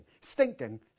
stinking